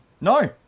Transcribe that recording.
No